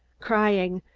crying,